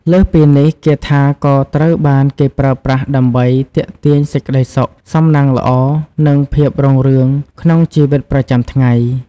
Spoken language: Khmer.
លើសពីនេះ គាថាក៏ត្រូវបានគេប្រើប្រាស់ដើម្បីទាក់ទាញសេចក្តីសុខ សំណាងល្អ និងភាពរុងរឿងក្នុងជីវិតប្រចាំថ្ងៃ។